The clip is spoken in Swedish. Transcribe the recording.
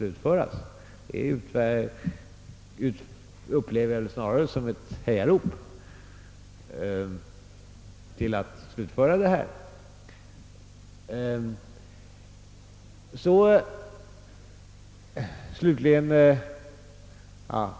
Jag upplever det snarare som ett hejarop till att slutföra detta arbete.